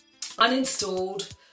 uninstalled